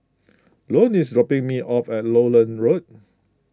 Ione is dropping me off at Lowland Road